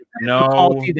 No